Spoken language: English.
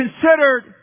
considered